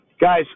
guys